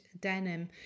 Denim